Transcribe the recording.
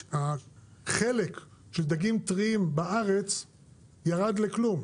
החלק של דגים טריים בארץ ירד לכלום,